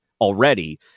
already